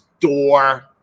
door